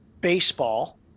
baseball